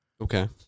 okay